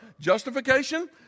Justification